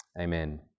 Amen